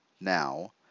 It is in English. now